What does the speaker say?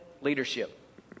leadership